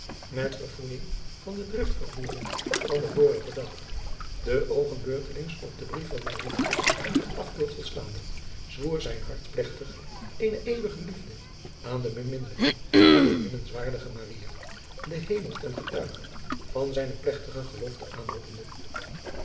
met verfoeijing van de driftvervoering van den vorigen dag de oogen beurtelings op den brief van maria en haar afbeeldsel slaande zwoer zijn hart plegtig eene eeuwige liefde aan de beminnelijke en beminnens waardige maria den hemel ten getuige van zijne plegtige gelofte aanroepende